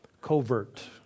Covert